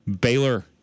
Baylor